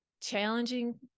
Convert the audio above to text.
challenging